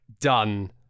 Done